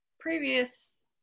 previous